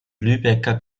lübecker